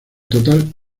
total